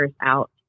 out